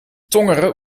tongeren